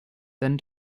then